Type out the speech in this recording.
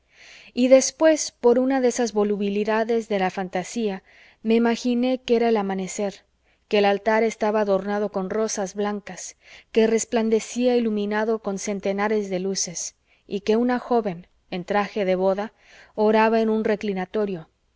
y después por una de esas volubilidades de la fantasía me imaginé que era el amanecer que el altar estaba adornado con rosas blancas que resplandecía iluminado con centenares de luces y que una joven en traje de boda oraba en un reclinatorio